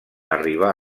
arribar